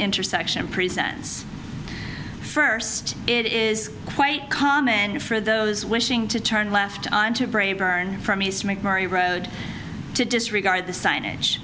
intersection presents first it is quite common for those wishing to turn left onto braeburn from east mcmurry road to disregard the signage